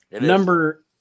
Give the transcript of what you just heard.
Number